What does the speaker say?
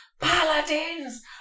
Paladins